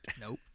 Nope